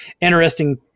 interesting